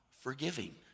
forgiving